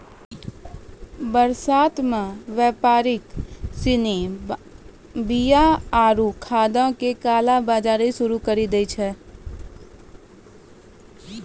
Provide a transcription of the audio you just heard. बरसातो मे व्यापारि सिनी बीया आरु खादो के काला बजारी शुरू करि दै छै